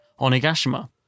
Onigashima